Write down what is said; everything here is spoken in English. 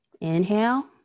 Inhale